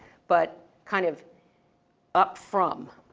but kind of up from.